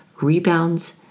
rebounds